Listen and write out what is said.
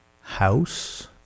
house